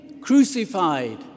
crucified